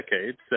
decades